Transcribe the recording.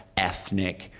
ethnic,